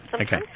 Okay